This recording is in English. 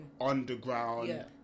underground